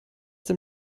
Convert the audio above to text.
dem